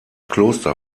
kloster